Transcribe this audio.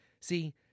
See